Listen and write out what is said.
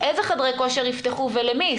איזה חדרי כושר יפתחו ולמי?